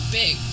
big